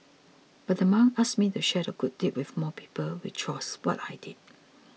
but the monk asked me to share the good deed with more people which was what I did